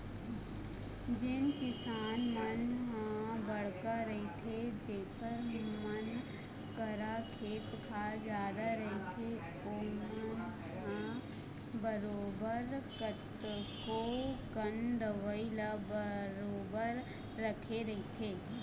जेन किसान मन ह बड़का रहिथे जेखर मन करा खेत खार जादा रहिथे ओमन ह बरोबर कतको कन दवई ल बरोबर रखे रहिथे